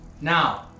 now